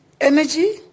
energy